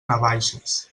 navaixes